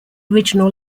original